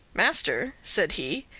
master, said he,